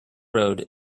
road